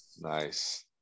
Nice